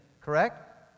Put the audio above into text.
correct